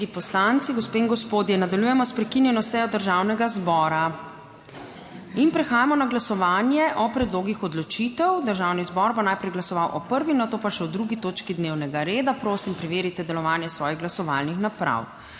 kolegi poslanci, gospe in gospodje! Nadaljujemo s prekinjeno sejo Državnega zbora in prehajamo na glasovanje o predlogih odločitev. Državni zbor bo najprej glasoval o prvi, nato pa še o 2. točki dnevnega reda. Prosim preverite delovanje svojih glasovalnih naprav.